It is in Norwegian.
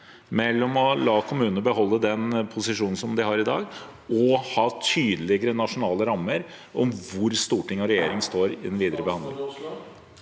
mellom å la kommunene beholde den posisjonen de har i dag, og å ha tydeligere nasjonale rammer om hvor storting og regjering står i den videre behandlingen?